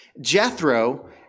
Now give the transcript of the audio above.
Jethro